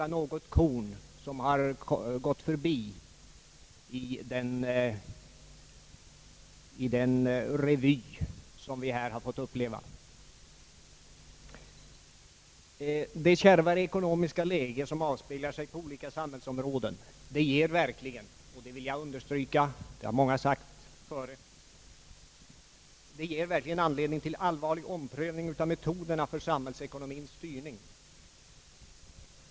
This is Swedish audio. Det kärva ekonomiska läge som avspeglar sig på olika samhällsområden ger verkligen — det vill jag understryka, och det har många talare sagt tidigare — anledning till allvarlig omprövning av metoderna för samhällsekonomiens styrning.